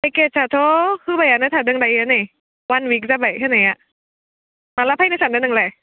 पेकेजाथ' होबायानो थादों नै अवान उइक जाबाय होनाया माला फायनो सान्दों नोंलाय